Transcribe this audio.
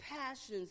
passions